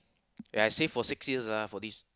eh I stay for six years ah for this